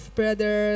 brother